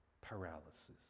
paralysis